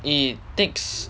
it takes